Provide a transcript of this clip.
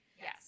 Yes